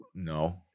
No